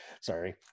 sorry